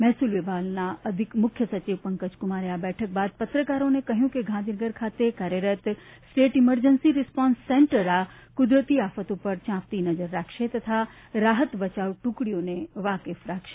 મહેસૂલ વિભાગના અધિક મુખ્ય સચિવ પંકજ કુમારે આ બેઠક બાદ પત્રકારોને કહ્યું હતું કે ગાંધીનગર ખાતે કાર્યરત સ્ટેટ ઈમરજન્સી રીસ્પોન્સ સેન્ટર આ કુદરતી આફત ઉપર ચાંપતી નજર રાખશે તથા રાહત બચાવ ટુકડીઓને વાકેફ રાખશે